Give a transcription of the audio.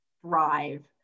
thrive